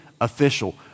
official